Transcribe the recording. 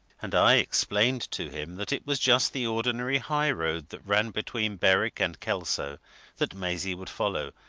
and i explained to him that it was just the ordinary high-road that ran between berwick and kelso that maisie would follow,